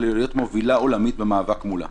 אלא להיות מובילה עולמית במאבק מולה.